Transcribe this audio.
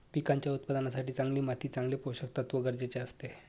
पिकांच्या उत्पादनासाठी चांगली माती चांगले पोषकतत्व गरजेचे असते